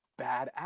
badass